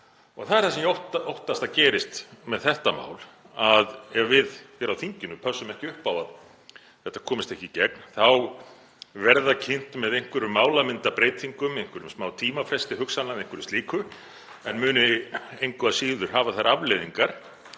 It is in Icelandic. Það er það sem ég óttast að gerist með þetta mál, ef við hér á þinginu pössum ekki upp á að þetta komist ekki í gegn, þá verði það kynnt með einhverjum málamyndabreytingum, einhverjum smá tímafresti hugsanlega eða einhverju slíku, en muni engu að síður hafa þær afleiðingar